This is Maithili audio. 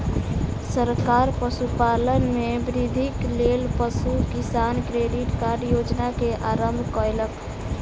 सरकार पशुपालन में वृद्धिक लेल पशु किसान क्रेडिट कार्ड योजना के आरम्भ कयलक